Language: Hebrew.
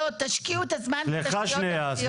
תשקיעו את הזמן בתשתיות ארציות.